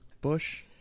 bush